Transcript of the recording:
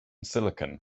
silicon